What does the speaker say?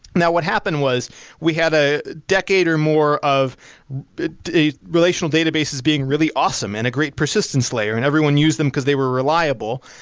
what happened was we had a decade or more of the relational databases being really awesome and a great persistence layer and everyone used them because they were reliable,